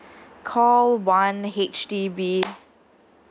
call one H_D_B